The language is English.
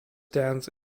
dance